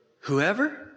Whoever